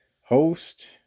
host